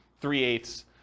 three-eighths